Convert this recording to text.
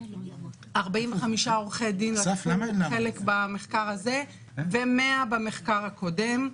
45 עורכי דין לקחו חלק במחקר הזה ו-100 במחקר הקודם.